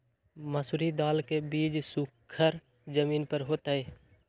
मसूरी दाल के बीज सुखर जमीन पर होतई?